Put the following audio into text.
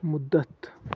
مُدتھ